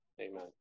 amen